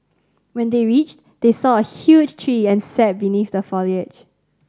when they reached they saw a huge tree and sat beneath the foliage